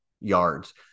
yards